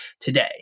today